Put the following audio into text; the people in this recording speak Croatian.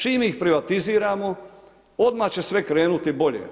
Čim ih privatiziramo odmah će sve krenuti bolje.